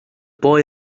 boy